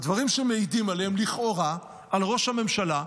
בדברים שמעידים עליהם לכאורה על ראש הממשלה,